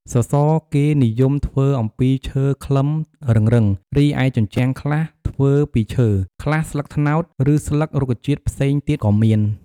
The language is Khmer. សសរគេនិយមធ្វើអំពីឈើខ្លឹមរឹងៗ រីឯជញ្ជាំងខ្លះធ្វើពីឈើ ខ្លះស្លឹកត្នោត ឬស្លឹករុក្ខជាតិផ្សេងទៀតក៏មាន។